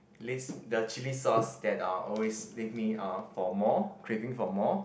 leaves the chilli sauce that are always leave me ah for more craving for more